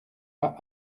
pas